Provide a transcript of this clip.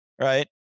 right